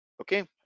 okay